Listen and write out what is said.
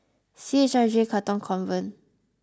C H I J Katong Convent